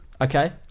Okay